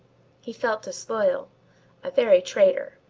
he felt disloyal a very traitor,